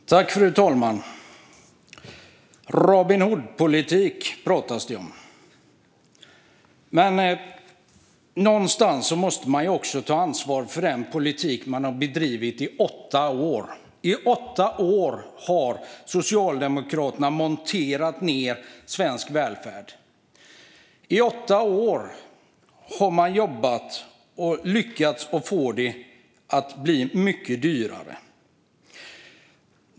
Fru talman! Det pratas om Robin Hood-politik. Men någonstans måste man ju också ta ansvar för den politik man bedrev i åtta år. I åtta år monterade Socialdemokraterna ned svensk välfärd. I åtta år jobbade man för och lyckades med att få allt att bli mycket dyrare.